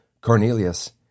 Cornelius